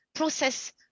process